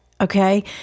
Okay